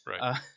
right